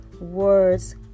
Words